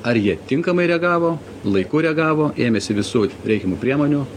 ar jie tinkamai reagavo laiku reagavo ėmėsi visų reikiamų priemonių